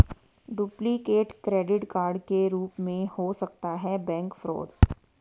duplicate credit card के रूप में हो सकता है बैंक फ्रॉड